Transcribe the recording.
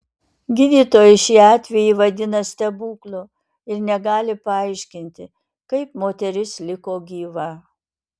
gydytojai šį atvejį vadina stebuklu ir negali paaiškinti kaip moteris liko gyva